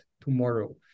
tomorrow